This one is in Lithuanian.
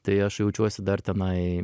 tai aš jaučiuosi dar tenai